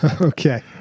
okay